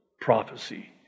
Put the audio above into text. prophecy